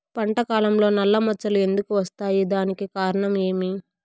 పంట కాలంలో నల్ల మచ్చలు ఎందుకు వస్తాయి? దానికి కారణం ఏమి?